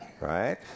Right